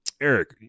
eric